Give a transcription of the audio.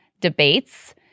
debates